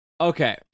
okay